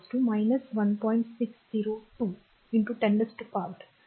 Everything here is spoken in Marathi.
602 10 शक्ती 19 कोलोम्ब ई 1